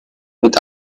mit